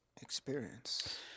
Experience